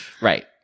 Right